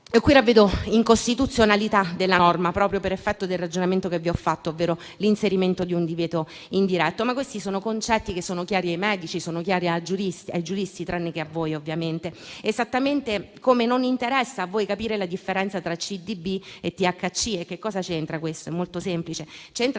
qui ravvedo l'incostituzionalità della norma, proprio per effetto del ragionamento che vi ho fatto, ovvero l'inserimento di un divieto indiretto. Ma questi sono concetti che sono chiari ai medici, ai giuristi, tranne che a voi ovviamente, esattamente come non interessa a voi capire la differenza tra CDB e THC. Che cosa c'entra questo? È molto semplice: